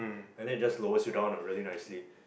and then just lowers you down uh really nicely